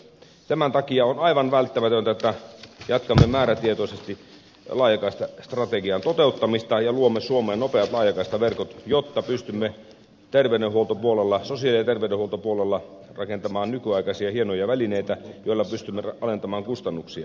tämän takia on aivan välttämätöntä että jatkamme määrätietoisesti laajakaistastrategian toteuttamista ja luomme suomeen nopeat laajakaistaverkot jotta pystymme sosiaali ja terveydenhuoltopuolella rakentamaan nykyaikaisia hienoja välineitä joilla pystymme alentamaan kustannuksia